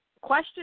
question